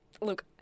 Look